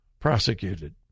prosecuted